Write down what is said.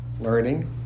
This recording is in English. learning